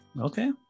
Okay